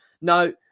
no